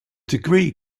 degree